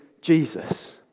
Jesus